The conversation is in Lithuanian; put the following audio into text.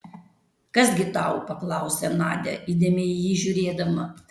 kas gi tau paklausė nadia įdėmiai į jį žiūrėdama